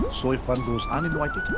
so if one goes uninvited,